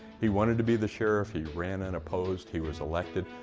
he wanted to be the sheriff, he ran unopposed, he was elected.